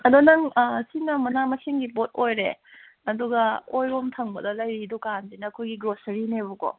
ꯑꯗꯣ ꯅꯪ ꯑꯥ ꯁꯤꯅ ꯃꯅꯥ ꯃꯁꯤꯡꯒꯤ ꯄꯣꯠ ꯑꯣꯏꯔꯦ ꯑꯗꯨꯒ ꯑꯣꯏꯔꯣꯝ ꯊꯪꯕꯗ ꯂꯩꯔꯤ ꯗꯨꯀꯥꯟꯁꯤꯅ ꯑꯩꯈꯣꯏꯒꯤ ꯒ꯭ꯔꯣꯁꯔꯤꯅꯦꯕꯀꯣ